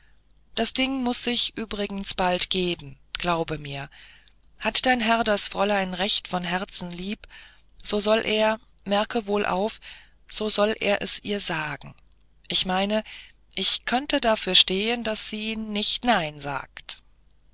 das ding muß sich übrigens bald geben glaube mir hat dein herr das fräulein recht von herzen lieb so soll er merke wohl auf so soll er es ihr sagen ich meine ich könnte dafür stehen daß sie nicht nein sagt